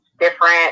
Different